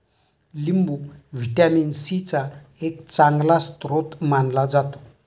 लिंबू vitamin C चा एक चांगला स्रोत मानला जातो